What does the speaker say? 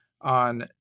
on